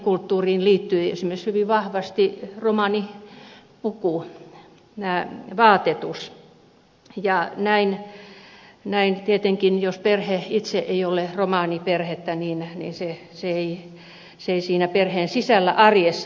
romanikulttuuriin liittyy esimerkiksi hyvin vahvasti romanipuku vaatetus ja tietenkään jos perhe itse ei ole romaniperhettä se ei siinä arjessa perheen sisällä nouse esille